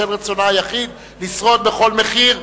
בשל רצונה היחיד לשרוד בכל מחיר.